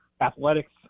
athletics